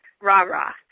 rah-rah